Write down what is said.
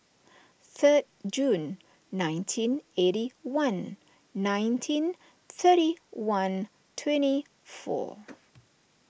third June nineteen eighty one nineteen thirty one twenty four